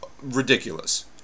Ridiculous